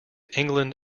england